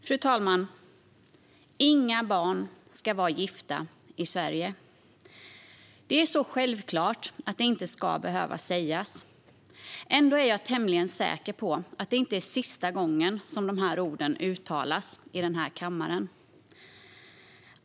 Fru talman! Inga barn ska vara gifta i Sverige. Det är så självklart att det inte ska behöva sägas. Ändå är jag tämligen säker på att det inte är sista gången som dessa ord uttalas i den här kammaren.